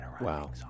wow